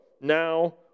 now